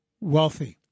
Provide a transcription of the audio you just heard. wealthy